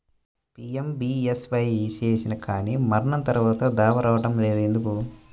PMBSY చేసినా కానీ మరణం తర్వాత దావా రావటం లేదు ఎందుకు?